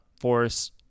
force